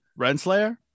Renslayer